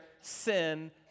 sin